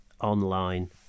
online